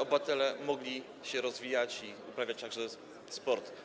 obywatele mogli się rozwijać i uprawiać także sport.